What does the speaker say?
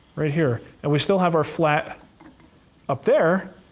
right here. and we still have our flat up there,